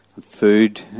food